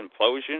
implosion